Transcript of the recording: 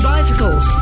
Bicycles